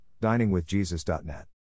diningwithjesus.net